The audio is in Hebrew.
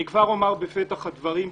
אני כבר אומר בפתח הדברים,